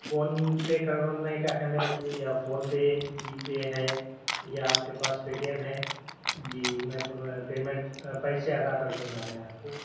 phone پے کرنے کا ہے میرے کو یا فون پے جی پے ہے یا آپ کے پاس پے ٹی ایم ہے جی میں تمیں پیمنٹ پیسے ادا کردوں گا میں آپ کو